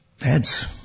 heads